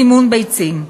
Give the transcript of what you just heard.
סימון ביצים.